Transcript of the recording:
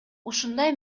ушундай